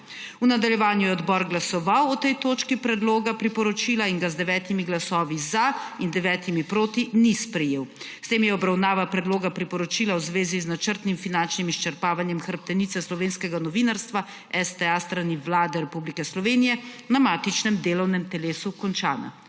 V nadaljevanju je odbor glasoval o tej točki predloga priporočila in ga z 9 glasovi za in 9 proti ni sprejel. S tem je obravnava predloga priporočila v zvezi z načrtnim finančnim izčrpavanjem hrbtenice slovenskega novinarstva STA s strani Vlade Republike Slovenije na matičnem delovnem telesu končana.